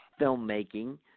filmmaking